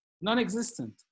non-existent